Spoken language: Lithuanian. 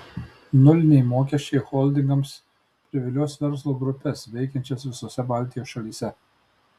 nuliniai mokesčiai holdingams privilios verslo grupes veikiančias visose baltijos šalyse